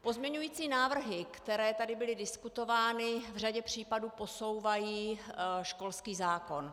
Pozměňovací návrhy, které tady byly diskutovány, v řadě případů posouvají školský zákon.